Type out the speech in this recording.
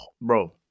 bro